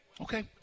Okay